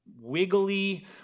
wiggly